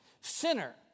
sinner